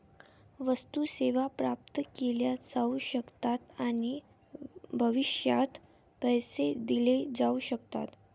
वस्तू, सेवा प्राप्त केल्या जाऊ शकतात आणि भविष्यात पैसे दिले जाऊ शकतात